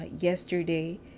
yesterday